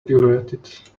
pirouetted